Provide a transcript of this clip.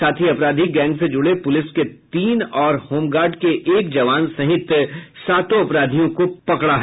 साथ ही अपराधी गैंग से जुड़े पुलिस के तीन और होमगार्ड के एक जवान सहित सातों अपराधियों को पकड़ा गया